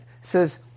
says